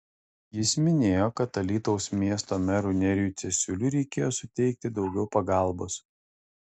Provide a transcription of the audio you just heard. jis minėjo kad alytaus miesto merui nerijui cesiuliui reikėjo suteikti daugiau pagalbos